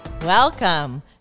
Welcome